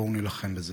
בואו נילחם בזה.